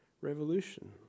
revolution